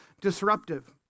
disruptive